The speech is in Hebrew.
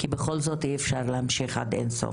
כי בכל זאת אי אפשר להמשיך עד אינסוף.